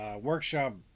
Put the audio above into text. workshop